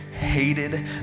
hated